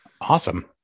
awesome